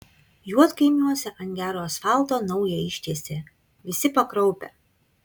juodkaimiuose ant gero asfalto naują ištiesė visi pakraupę